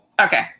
okay